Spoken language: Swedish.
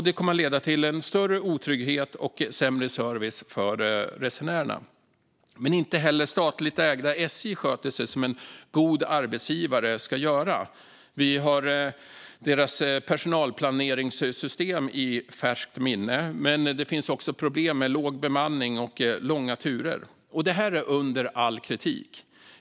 Det kommer att leda till större otrygghet och sämre service för resenärerna. Men inte heller statligt ägda SJ sköter sig som en god arbetsgivare ska göra. Vi har deras personalplaneringssystem i färskt minne, men det finns också problem med låg bemanning och långa turer. Detta är under all kritik.